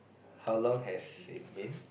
how long has it been